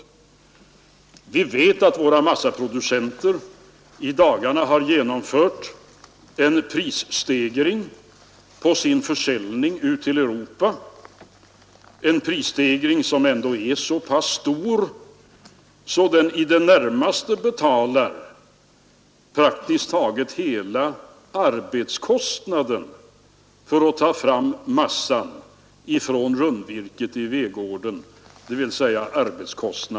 Vi vet att våra massaproducenter i dagarna har genomfört en prisstegring på sin försäljning ut till Europa, en prisstegring som ändå är Nr 112 så pass stor att den betalar praktiskt taget hela arbetskostnaden i fabriken Onsdagen den för att ta fram massan från rundvirket i vedgården.